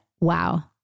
wow